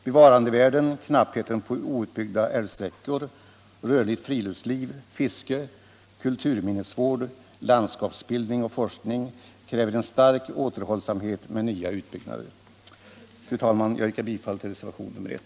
Bevarandevärden, knappheten på outbyggda älvsträckor, rörligt friluftsliv, fiske, kulturminnesvård, landskapsbildning och forskning kräver en stark återhållsamhet med nya utbyggnader. Fru talman! Jag yrkar bifall till reservationen 1.